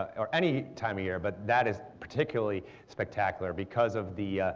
or any time of year, but that is particularly spectacular because of the